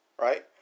right